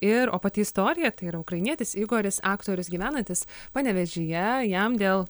ir o pati istorija tai yra ukrainietis igoris aktorius gyvenantis panevėžyje jam dėl